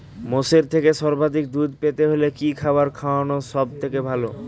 মোষের থেকে সর্বাধিক দুধ পেতে হলে কি খাবার খাওয়ানো সবথেকে ভালো?